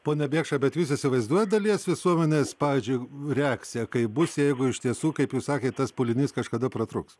pone bėkša bet vis įsivaizduojat dalies visuomenės pavyzdžiui reakciją kai bus jeigu iš tiesų kaip jūs sakėt tas pūlinys kažkada pratrūks